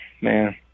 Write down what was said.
man